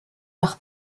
nach